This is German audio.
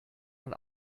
man